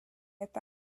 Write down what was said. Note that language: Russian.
это